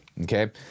Okay